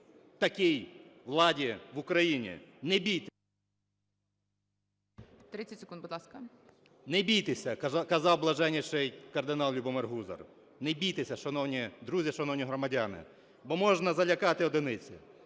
ласка. БАТЕНКО Т.І. "Не бійтеся" – казав Блаженніший кардинал Любомир Гузар. Не бійтеся, шановні друзі, шановні громадяни, бо можна залякати одиниці,